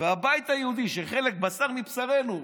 והבית היהודי, בשר מבשרנו,